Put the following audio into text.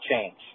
change